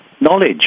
knowledge